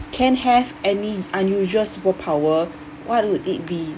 can have any unusual superpower what would it be